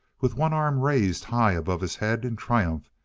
with one arm raised high above his head in triumph,